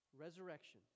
Resurrection